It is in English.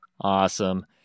Awesome